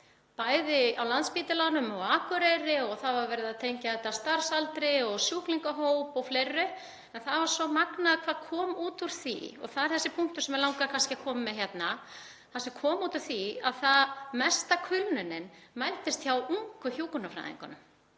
bæði á Landspítalanum og á Akureyri. Það var verið að tengja þetta starfsaldri og sjúklingahóp og fleiru. En það var svo magnað hvað kom út úr því og það er sá punktur sem mig langar að koma með hérna. Það sem kom út úr því var að mesta kulnunin mældist hjá ungu hjúkrunarfræðingunum.